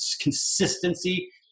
consistency